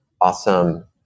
awesome